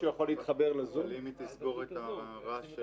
מבינים שברוב הפעמים זה לא